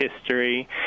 history